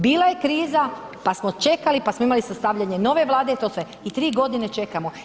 Bila je kriza pa smo čekali, pa smo imali sastavljanje nove Vlade i to sve i ti godine čekamo.